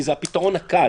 כי זה הפתרון הקל.